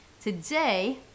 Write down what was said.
today